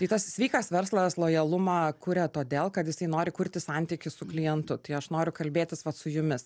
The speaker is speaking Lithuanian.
tai tas sveikas verslas lojalumą kuria todėl kad jisai nori kurti santykį su klientu tai aš noriu kalbėtis vat su jumis